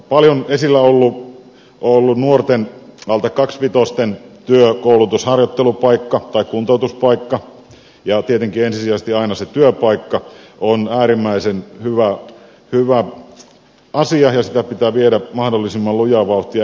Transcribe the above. paljon esillä ollut nuorten alta kaksivitosten työ koulutus harjoittelupaikka tai kuntoutuspaikka ja tietenkin ensisijaisesti aina se työpaikka ovat äärimmäisen hyviä asioita ja niitä pitää viedä mahdollisimman lujaa vauhtia eteenpäin